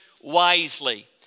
wisely